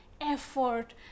effort